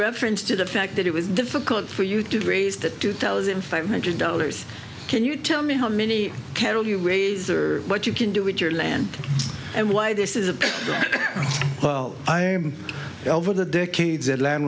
reference to the fact that it was difficult for you to raise the two thousand five hundred dollars can you tell me how many cattle you ways or what you can do with your land and why this is a good well over the decades that land